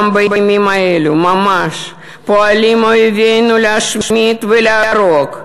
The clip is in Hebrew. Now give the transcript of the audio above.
גם בימים האלו ממש פועלים אויבינו להשמיד ולהרוג.